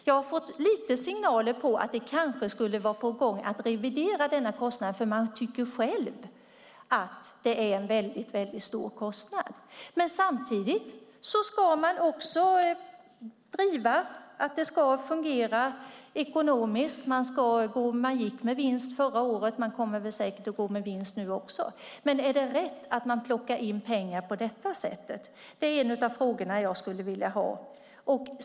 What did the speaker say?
Jag har fått lite signaler om att det kanske skulle vara på gång att revidera kostnaden, för man tycker själv att det är en väldigt stor kostnad. Men samtidigt ska det också fungera ekonomiskt. Man gick med vinst förra året, och man kommer säkert att gå med vinst nu också. Men är det rätt att man plockar in pengar på detta sätt? Det är en av frågorna jag skulle vilja ha svar på.